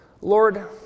Lord